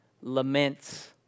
Laments